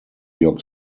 york